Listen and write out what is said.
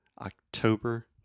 October